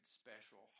special